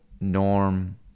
Norm